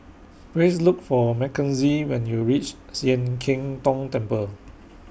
Please Look For Mackenzie when YOU REACH Sian Keng Tong Temple